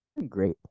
great